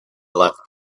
left